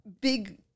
big